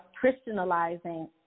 Christianizing